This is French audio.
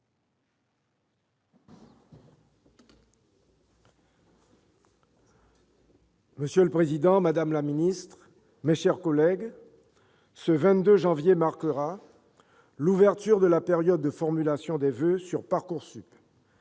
Monsieur le président, madame la ministre, mes chers collègues, ce 22 janvier marquera l'ouverture de la période de formulation des voeux sur Parcoursup.